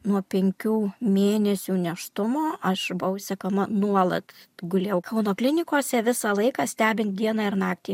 nuo penkių mėnesių nėštumo aš buvau sekama nuolat gulėjau kauno klinikose visą laiką stebint dieną ir naktį